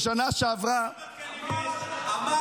בשנה שעברה -- כמה תקנים יש?